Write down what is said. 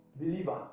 believer